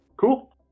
Cool